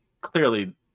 Clearly